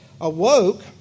awoke